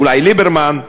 אולי ליברמן?